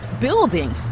building